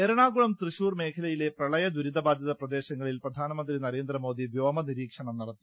എറണാകുളം തൃശ്ശൂർ മേഖലകളിലെ പ്രളയ ദുരിത ബാധിത പ്രദേശങ്ങളിൽ പ്രധാനമന്ത്രി നരേന്ദ്രമോദി വ്യോമ നിരീക്ഷണം നടത്തി